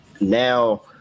now